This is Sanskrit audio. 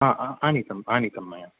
हा हा आनितम् आनितं मया